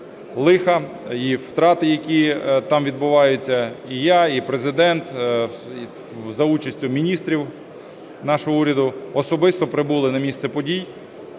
лихо, і втрати, які там відбуваються, і я, і Президент, за участю міністрів нашого уряду, особисто прибули на місце подій,